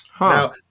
Now